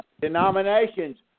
denominations